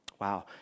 Wow